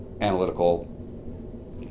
analytical